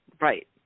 right